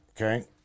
okay